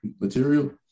material